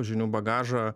žinių bagažą